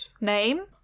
name